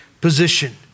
position